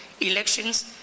elections